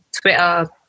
Twitter